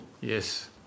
Yes